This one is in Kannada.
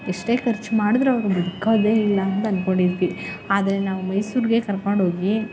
ಎಷ್ಟೇ ಖರ್ಚು ಮಾಡ್ದ್ರು ಅವರು ಬದುಕೋದೇ ಇಲ್ಲ ಅಂತ ಅಂದ್ಕೊಂಡಿದ್ವಿ ಆದರೆ ನಾವು ಮೈಸೂರಿಗೆ ಕರ್ಕೊಂಡೋಗಿ